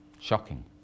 Shocking